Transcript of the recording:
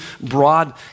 broad